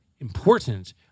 important